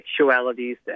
sexualities